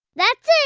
that's it.